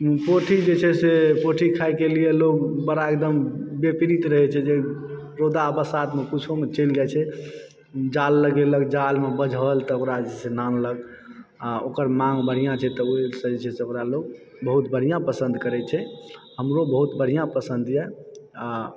पोठी जे छै से पोठी खायके लिए लोक बड़ा एकदम बेपरित रहै छै जे रौदा बसातमे कुछो मे चलि जाइ छै जाल लगेलक जालमे बझल त ओकरा जे छै से आनलक आ ओकर माँग बढ़िआँ छै त ओहिसँ जे छै से ओकरा लोक बहुत बढ़िआँ पसंद करैत छै हमरो बहुत बढ़िआँ पसन्द यऽ आ